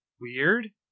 weird